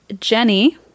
Jenny